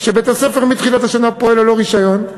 בית-הספר מתחילת השנה פועל ללא רישיון.